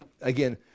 again